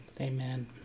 Amen